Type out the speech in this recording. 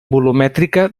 volumètrica